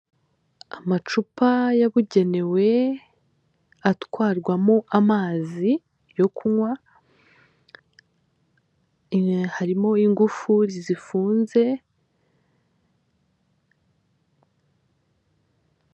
Amacupa yabugenewe atwarwamo amazi yo kunywa, harimo ingufuri zifunze.